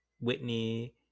whitney